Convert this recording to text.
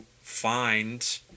find